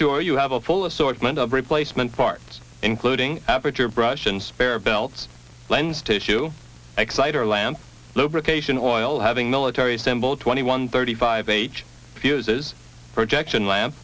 sure you have a full assortment of replacement parts including average or brush and spare belts lens tissue exciter lamp lubrication oil having military assemble twenty one thirty five age fuses projection la